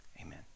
Amen